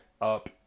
up